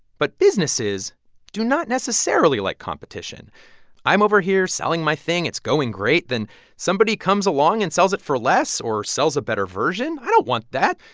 but businesses do not necessarily like competition i'm over here selling my thing. it's going great. then somebody comes along and sells it for less or sells a better version. i don't want that.